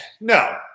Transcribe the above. no